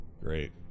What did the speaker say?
Great